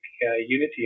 unity